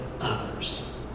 others